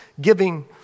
giving